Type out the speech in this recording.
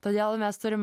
todėl mes turim